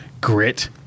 grit